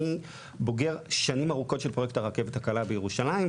אני בוגר שנים ארוכות של פרויקט הרכבת הקלה בירושלים,